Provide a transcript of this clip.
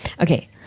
Okay